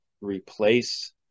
replace